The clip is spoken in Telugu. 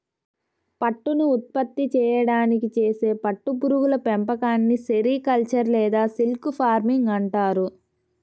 పట్టును ఉత్పత్తి చేయడానికి చేసే పట్టు పురుగుల పెంపకాన్ని సెరికల్చర్ లేదా సిల్క్ ఫార్మింగ్ అంటారు